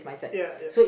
ya ya